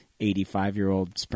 85-year-old